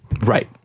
Right